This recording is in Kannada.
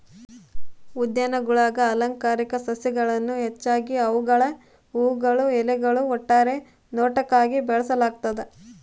ಉದ್ಯಾನಗುಳಾಗ ಅಲಂಕಾರಿಕ ಸಸ್ಯಗಳನ್ನು ಹೆಚ್ಚಾಗಿ ಅವುಗಳ ಹೂವುಗಳು ಎಲೆಗಳು ಒಟ್ಟಾರೆ ನೋಟಕ್ಕಾಗಿ ಬೆಳೆಸಲಾಗ್ತದ